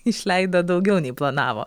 išleido daugiau nei planavo